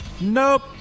Nope